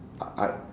I I